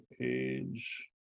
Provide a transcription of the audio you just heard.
age